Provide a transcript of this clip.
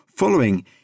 following